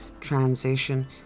transition